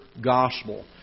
gospel